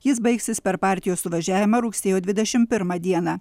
jis baigsis per partijos suvažiavimą rugsėjo dvidešim pirmą dieną